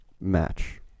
match